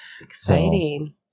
Exciting